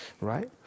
right